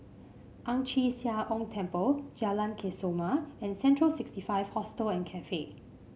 Ang Chee Sia Ong Temple Jalan Kesoma and Central sixty five Hostel and Cafe